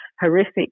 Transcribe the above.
horrific